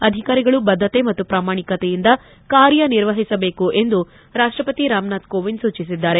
ಅಧಿಕಾರಿಗಳು ಬದ್ದತೆ ಮತ್ತು ಪ್ರಾಮಾಣಿಕತೆಯಿಂದ ಕಾರ್ಯ ನಿರ್ವಹಿಸಬೇಕು ಎಂದು ರಾಷ್ಲಪತಿ ರಾಮನಾಥ್ ಕೋವಿಂದ್ ಸೂಚಿಸಿದ್ದಾರೆ